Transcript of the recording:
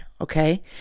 okay